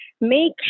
make